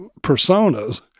personas